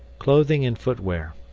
clothing and footwear